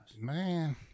Man